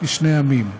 לשני עמים.